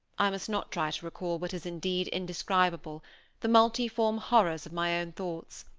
i must not try to recall what is indeed indescribable the multiform horrors of my own thoughts.